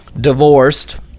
divorced